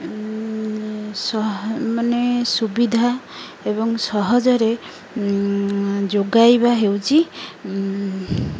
ମାନେ ସୁବିଧା ଏବଂ ସହଜରେ ଯୋଗାଇବା ହେଉଛିି